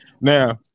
Now